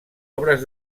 obres